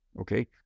okay